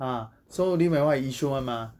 ah so lee mei hua is yishun [one] mah